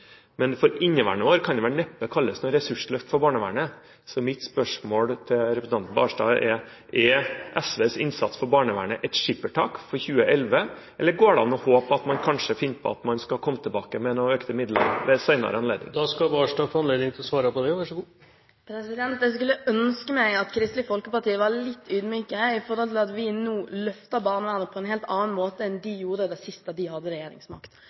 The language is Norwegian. Men for neste år kan det vel neppe kalles noe ressursløft for barnevernet. Så mitt spørsmål til representanten Knutson Barstad er: Er SVs innsats for barnevernet et skippertak for 2011? Eller går det an å håpe at man kanskje finner på at man skal komme tilbake med noen økte midler ved en senere anledning? Jeg skulle ønske Kristelig Folkeparti var litt ydmyk med hensyn til at vi nå løfter barnevernet på en helt annen måte enn de gjorde da de hadde regjeringsmakt.